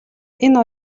энэ